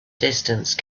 distance